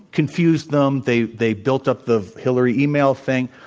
confused them. they they built up the hillary email thing.